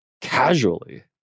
casually